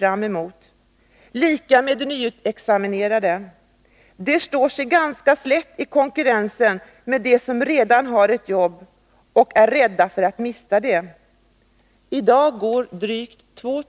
Detsamma gäller för de nyutexaminerade. De står sig ganska slätt i konkurrensen med dem som redan har ett jobb och är rädda för att mista det. I dag går drygt 2